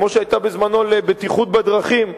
כמו שהיתה בזמנו לבטיחות בדרכים,